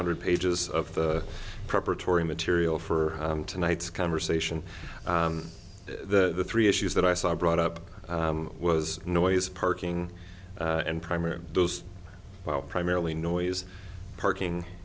hundred pages of the preparatory material for tonight's conversation the three issues that i saw i brought up was noise parking and primary those well primarily noise parking